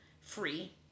free